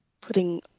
putting